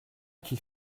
qu’il